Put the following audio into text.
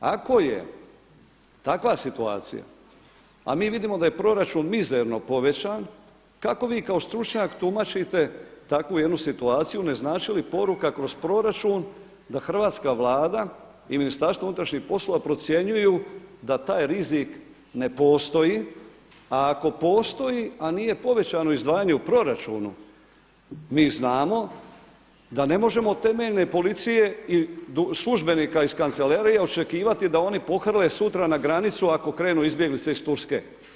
Ako je takva situacija a mi vidimo da je proračun mizerno povećan kako vi kao stručnjak tumačite takvu jednu situaciju ne znači li poruka kroz proračun da Hrvatska vlada i Ministarstvo unutarnjih poslova procjenjuju da taj rizik ne postoji a ako postoji a nije povećano izdvajanje u proračunu mi znamo da ne možemo od temeljne policije i službenika iz kancelarija očekivati da oni pohrle sutra na granicu ako krenu izbjeglice iz Turske.